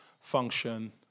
function